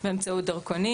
באמצעות דרכונים.